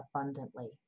abundantly